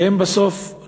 שהם בסוף,